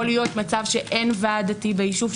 יכול להיות מצב שאין ועד דתי ביישוב.